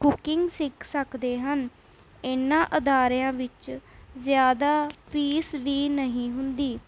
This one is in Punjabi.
ਕੂਕਿੰਗ ਸਿੱਖ ਸਕਦੇ ਹਨ ਇਨ੍ਹਾਂ ਅਦਾਰਿਆਂ ਵਿੱਚ ਜ਼ਿਆਦਾ ਫੀਸ ਵੀ ਨਹੀਂ ਹੁੰਦੀ